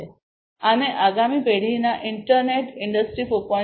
આને આગામી પેઢીના ઇન્ટરનેટ ઇન્ડસ્ટ્રી 4